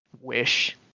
Wish